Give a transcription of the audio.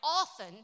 often